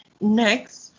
next